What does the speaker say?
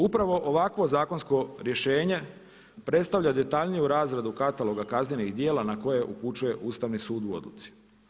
Upravo ovakvo zakonsko rješenje predstavlja detaljniju razradu kataloga kaznenih djela na koje upućuje Ustavni sud u odluci.